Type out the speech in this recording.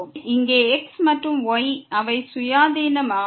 எனவே இங்கே x மற்றும் y அவை சுயாதீன மாறி